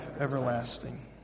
everlasting